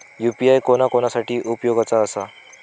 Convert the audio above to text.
UPI कोणा कोणा साठी उपयोगाचा आसा?